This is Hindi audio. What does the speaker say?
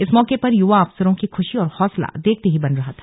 इस मौके पर युवा अफसरों की खुशी और हौसला देखते ही बन रहा था